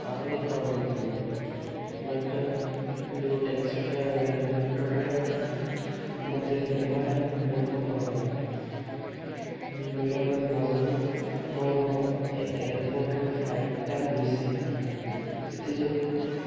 apply କରିଦେଇଥିଲି but ଯେଉଁ taxi driver I mean auto ଡ୍ରାଇଭର୍ଟା ମତେ ନେବାରେ ବିଳମ୍ବ କରିଦେଲା ବିଳମ୍ବ ହେବା ଯୋଗୁଁ ମୋର ଏୟାରପୋର୍ଟ୍ର ଫ୍ଲାଇଟ୍ଟା ମିସ୍ ହେଇଗଲା ସେଥିଯୋଗୁଁ